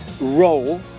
role